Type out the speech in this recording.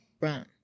run